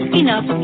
enough